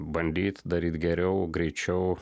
bandyt daryt geriau greičiau